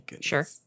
Sure